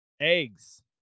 eggs